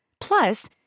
Plus